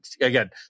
Again